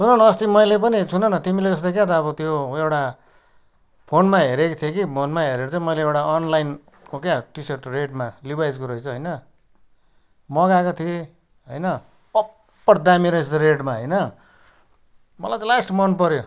सुन न अस्ति मैले पनि सुन न तिमीले जस्तो क्या त अब त्यो एउटा फोनमा हेरेको थिएँ कि फोनमा हेरेर चाहिँ मैले एउटा अनलाइनको क्या टी सर्ट रेडमा लिभाइसको रहेछ होइन मगाएको थिएँ होइन ओभर दामी रहेछ रेडमा होइन मलाई चाहिँ लास्ट मन पर्यो